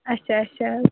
اچھا اچھا